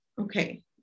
Okay